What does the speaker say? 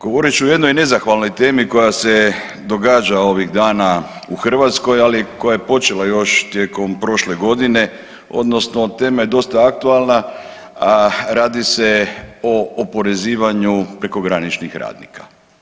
Govorit ću o jednoj nezahvalnoj temi koja se događa ovih dana u Hrvatskoj, ali koja je počela još tijekom prošle godine, odnosno tema je dosta aktualna, a radi se o oporezivanju prekograničnih radnika.